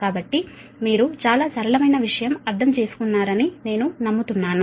కాబట్టి మీరు చాలా సరళమైన విషయం అర్థం చేసుకున్నారని నేను నమ్ముతున్నాను